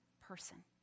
person